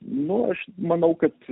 nu aš manau kad